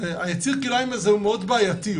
יצור הכלאיים הזה הוא מאוד בעייתי.